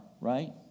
right